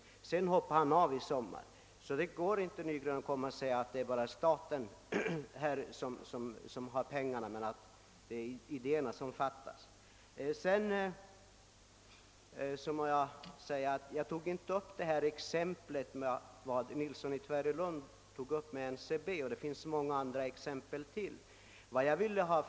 Och herr Hagnell hoppade sedan av från Svetab i somras. Det går alltså inte, herr Nygren, att påstå att staten har pengarna men att det är idéerna som fattas. Herr Nilsson i Tvärålund drog fram exemplet med NCB:s huvudkontor. Det finns många andra, men jag skall inte ta upp flera här.